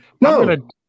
No